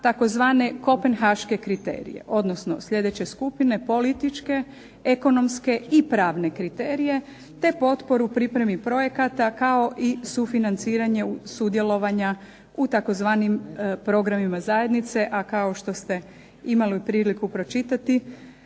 takozvane Kopenhaške kriterije, odnosno sljedeće skupine političke, ekonomske i pravne kriterije, te potporu pripremi projekata kao i sufinanciranje sudjelovanja u tzv. programima zajednice, a kao što ste imali i priliku pročitati